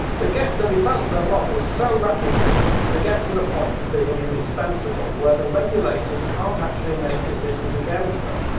they get they develop their model so rapidly they get to the point of being indispensable, where the regulators can't actually make decisions against them,